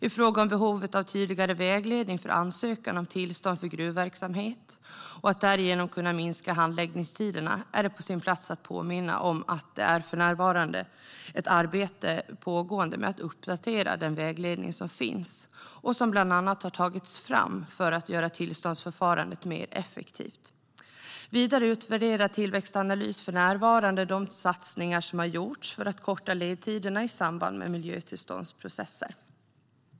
I fråga om behovet av tydligare vägledning för ansökan om tillstånd för gruvverksamhet, för att därigenom kunna minska handläggningstiderna, är det på sin plats att påminna om att det för närvarande pågår ett arbete med att uppdatera den vägledning som finns och som bland annat har tagits fram för att göra tillståndsförfarandet mer effektivt. Vidare utvärderar Tillväxtanalys för närvarande de satsningar som har gjorts för att korta ledtiderna i samband med miljötillståndsprocesser.